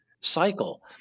cycle